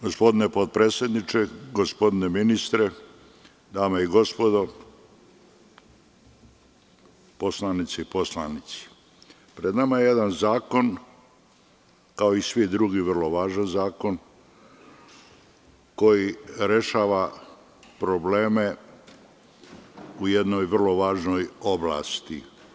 Gospodine potpredsedniče, gospodine ministre, dame i gospodo narodni poslanici, pred nama je jedan zakon, kao i svi drugi, vrlo važan zakon, koji rešava probleme u jednoj vrlo važnoj oblasti.